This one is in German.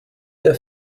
der